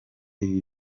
ibi